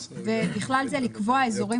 זה לעניין דחייה